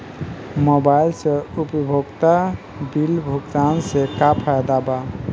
Mobile से उपयोगिता bill भुगतान से का फायदा बा?